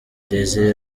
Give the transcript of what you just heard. desire